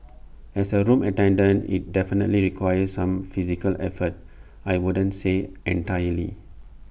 as A room attendant IT definitely requires some physical effort I wouldn't say entirely